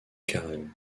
carême